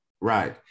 right